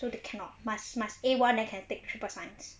so they cannot must must A one then can take triple science